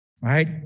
right